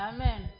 Amen